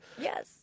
Yes